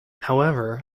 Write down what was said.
however